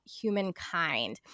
humankind